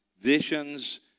visions